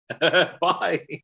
Bye